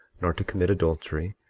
nor to commit adultery,